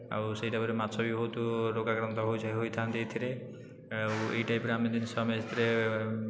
ଆଉ ସେହି ଟାଇମରେ ମାଛ ବି ବହୁତ ରୋଗାକ୍ରାନ୍ତ ହୋଇଯା ହୋଇଥାଆନ୍ତି ଏଥିରେ ଆଉ ଏହି ଟାଇପରେ ଆମେ ଜିନିଷ ଆମେ ଏଥିରେ